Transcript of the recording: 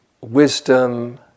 wisdom